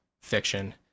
fiction